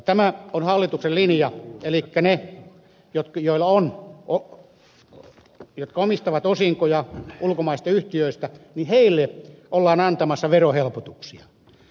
tämä on hallituksen linja elikkä niille jotka omistavat osinkoja ulkomaisista yhtiöistä ollaan antamassa verohelpotuksia